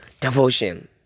Devotion